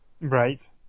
right